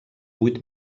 vuit